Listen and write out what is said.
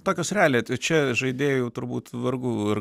tokios realiai čia žaidėjų turbūt vargu ar